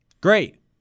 Great